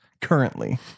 currently